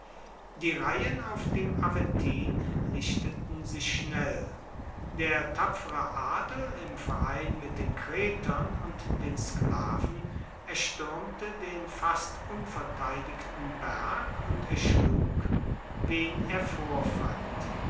die reihen auf dem aventin lichteten sich schnell der tapfere adel im verein mit den kretern und den sklaven erstürmte den fast unverteidigten berg und erschlug wen er vorfand